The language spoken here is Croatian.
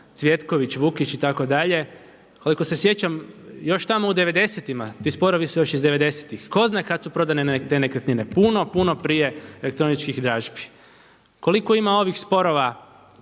Cvjetković, Vukić itd.. Koliko se sjećam, još tamo u '90.-tima, ti sporovi su još iz '90.-tih, tko zna kada su prodane te nekretnine, puno, puno prije elektroničkih dražbi. Koliko ima ovih sporova